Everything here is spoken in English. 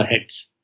heads